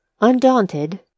Undaunted